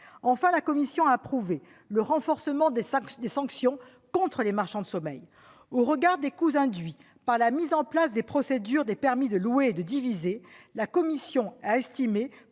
axe, la commission a approuvé le renforcement des sanctions contre les marchands de sommeil. Au regard des coûts induits par la mise en place des procédures de permis de louer et de diviser, la commission a estimé